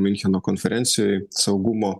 miuncheno konferencijoj saugumo